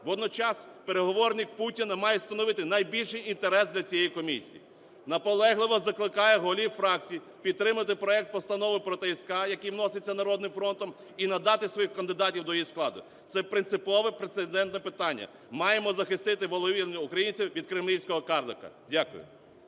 Водночас переговорник Путіна має становити найбільший інтерес для цієї комісії. Наполегливо закликаю голів фракцій підтримати проект Постанови про ТСК, який вноситься "Народним фронтом", і надати своїх кандидатів до її складу. Це принципове прецедентне питання: маємо захистити волевиявлення українців від "кремлівського карлика". Дякую.